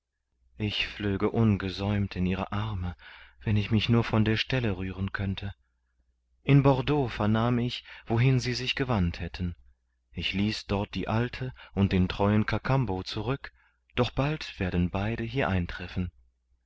ich flöge ungesäumt in ihre arme wenn ich mich nur von der stelle rühren könnte in bordeaux vernahm ich wohin sie sich gewandt hätten ich ließ dort die alte und den treuen kakambo zurück doch bald werden beide hier eintreffen